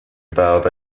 about